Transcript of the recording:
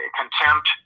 contempt